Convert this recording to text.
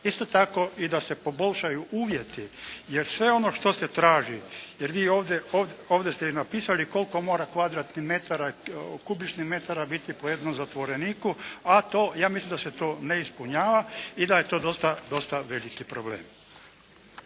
Isto tako, da se poboljšaju uvjeti jer sve ono što se traži, jer vi ovdje ste i napisali koliko mora kvadratnih metara, kubičnih metara biti po jednom zatvoreniku a ja mislim da se to ne ispunjava i da je to dosta veliki problem.